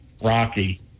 Rocky